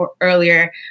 earlier